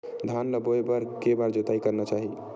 धान ल बोए बर के बार जोताई करना चाही?